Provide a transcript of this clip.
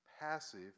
passive